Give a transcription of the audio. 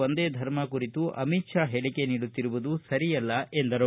ಒಂದೇ ಧರ್ಮ ಕುರಿತು ಅಮಿತ್ ಶಾ ಹೇಳಿಕೆ ನೀಡುತ್ತಿರುವುದು ಸರಿಯಲ್ಲ ಎಂದರು